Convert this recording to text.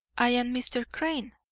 i am mr. crane,